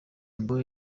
ngo